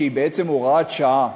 שהוא בעצם הוראת שעה,